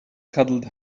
cuddled